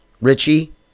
Richie